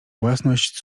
własność